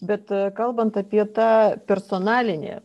bet kalbant apie tą personalinį